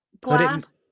Glass